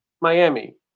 Miami